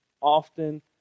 often